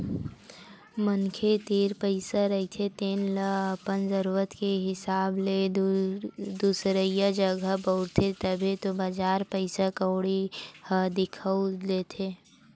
मनखे तीर पइसा रहिथे तेन ल अपन जरुरत के हिसाब ले दुसरइया जघा बउरथे, तभे तो बजार पइसा कउड़ी ह दिखउल देथे